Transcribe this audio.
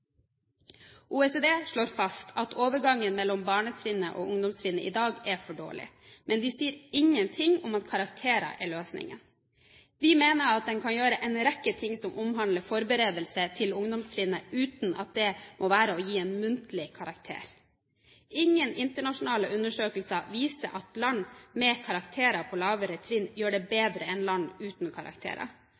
OECD slår fast at overgangen mellom barnetrinnet og ungdomstrinnet i dag er for dårlig, men de sier ingenting om at karakterer er løsningen. Vi mener at en kan gjøre en rekke ting som omhandler forberedelse til ungdomstrinnet uten at det må være å gi en muntlig karakter. Ingen internasjonale undersøkelser viser at land med karakterer på lavere trinn gjør det bedre enn land uten karakterer.